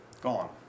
Gone